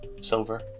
Silver